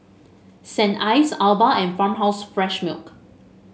Saint Ives Alba and Farmhouse Fresh Milk